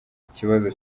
ikibazo